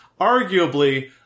arguably